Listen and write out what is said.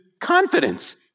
confidence